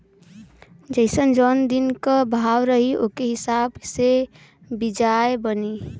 जइसन जौन दिन क भाव रही ओके हिसाब से बियाज बनी